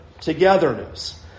togetherness